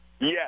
Yes